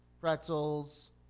pretzels